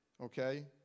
okay